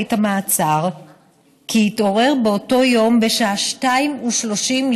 בבית המעצר כי התעורר באותו יום בשעה 02:30,